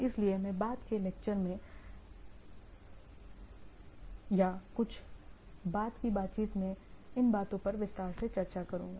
इसलिए मैं बाद के लेक्चर या कुछ बाद की बातचीत में इन बातों पर विस्तार से चर्चा करूंगा